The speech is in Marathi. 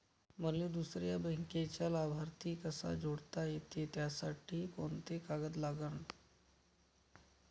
मले दुसऱ्या बँकेचा लाभार्थी कसा जोडता येते, त्यासाठी कोंते कागद लागन?